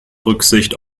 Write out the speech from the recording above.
rücksicht